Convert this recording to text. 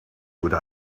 would